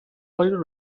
varios